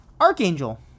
Archangel